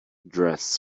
dress